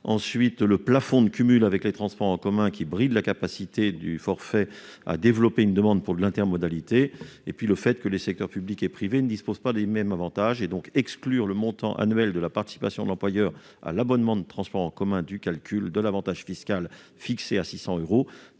; le plafond de cumul avec les transports en commun, qui bride la capacité du forfait à développer une demande pour l'intermodalité ; le fait que les secteurs public et privé ne disposent pas des mêmes avantages. Exclure le montant annuel de la participation de l'employeur à l'abonnement de transports en commun du calcul de l'avantage fiscal fixé à 600 euros